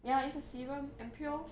ya it's a serum ampoule